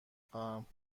خواهم